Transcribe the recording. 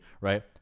right